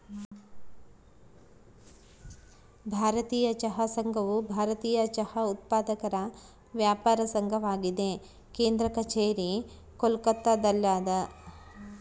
ಭಾರತೀಯ ಚಹಾ ಸಂಘವು ಭಾರತೀಯ ಚಹಾ ಉತ್ಪಾದಕರ ವ್ಯಾಪಾರ ಸಂಘವಾಗಿದೆ ಕೇಂದ್ರ ಕಛೇರಿ ಕೋಲ್ಕತ್ತಾದಲ್ಯಾದ